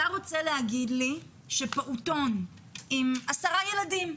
אתה רוצה להגיד לי שפעוטון עם 10 ילדים.